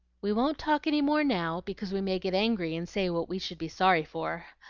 we won't talk any more now, because we may get angry and say what we should be sorry for.